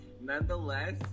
Nonetheless